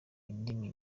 indimi